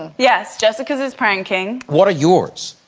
and yes jessica's is pranking. what are yours?